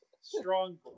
Strong